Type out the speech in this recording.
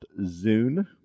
Zune